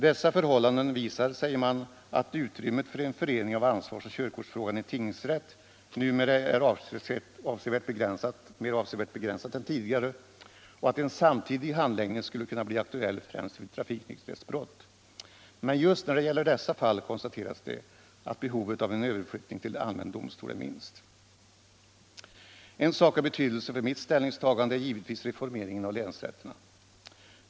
Dessa förhållanden visar, säger man, att utrymmet för en förening av ansvarsoch körkortsfrågan i tingsrätt numera är avsevärt mera begränsat än tidigare och att en samtidig handläggning skulle kunna bli aktuell främst vid trafiknykterhetsbrott. Men just när det gäller dessa fall konstateras det att behovet av en överflyttning till allmän domstol är minst. En sak av betydelse för mitt ställningstagande är givetvis reformeringen av länsrätterna.